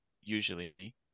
usually